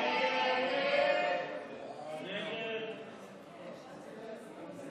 ההסתייגות (187) של קבוצת